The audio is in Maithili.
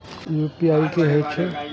यू.पी.आई की हेछे?